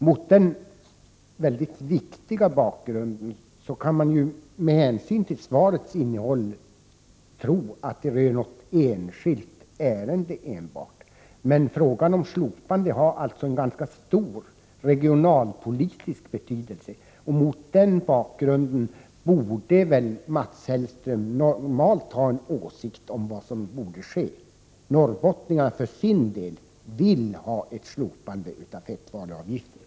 Denna bakgrund är mycket viktig, men av svarets innehåll kan man få det intrycket att det här enbart rör sig om ett enskilt ärende. Ett slopande av fettvaruavgifterna har dock en ganska stor regionalpolitisk betydelse. Mot den bakgrunden borde Mats Hellström ha en åsikt om vad som bör ske i detta avseende. Norrbottningarna vill för sin del ha ett slopande av fettvaruavgifterna.